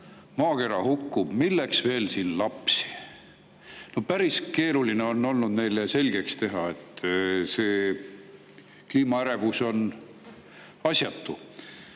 maakera hukkub – milleks siin veel lapsi? Päris keeruline on olnud neile selgeks teha, et see kliimaärevus on asjatu.